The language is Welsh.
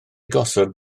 gosod